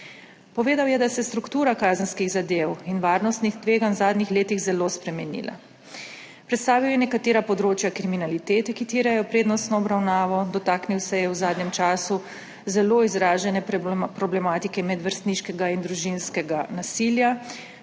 Povedal je, da se je struktura kazenskih zadev in varnostnih tveganj v zadnjih letih zelo spremenila. Predstavil je nekatera področja kriminalitete, ki terjajo prednostno obravnavo, dotaknil se je v zadnjem času zelo izražene problematike medvrstniškega in družinskega nasilja,